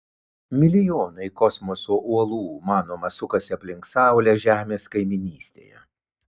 milijonai kosmoso uolų manoma sukasi aplink saulę žemės kaimynystėje